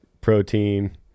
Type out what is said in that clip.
protein